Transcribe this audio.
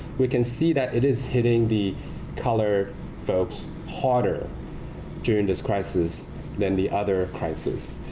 we can see that it is hitting the colored folks harder during this crisis than the other crisis.